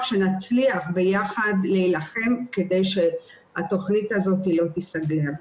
שנצליח ביחד להילחם כדי שהתכנית הזאת לא תיסגר.